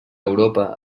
europa